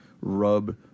rub